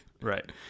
right